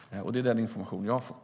Det är den information som jag har fått.